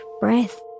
breath